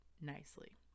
nicely